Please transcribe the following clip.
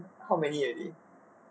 how many already